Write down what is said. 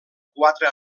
quatre